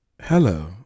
hello